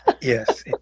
Yes